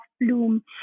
Bloom